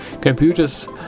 computers